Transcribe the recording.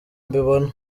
mbibona